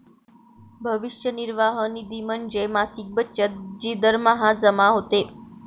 भविष्य निर्वाह निधी म्हणजे मासिक बचत जी दरमहा जमा होते